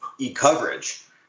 eCoverage